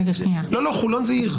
לא, חולון זה עיר.